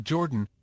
Jordan